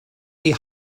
die